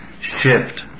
shift